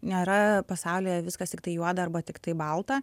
nėra pasaulyje viskas tiktai juoda arba tiktai balta